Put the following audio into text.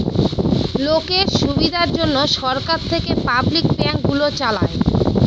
লোকের সুবিধার জন্যে সরকার থেকে পাবলিক ব্যাঙ্ক গুলো চালায়